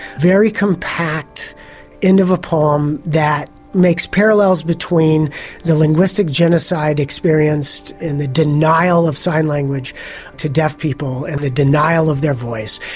very compact end of a poem that makes parallels between the linguistic genocide experienced in the denial of sign language to deaf people and the denial of their voice,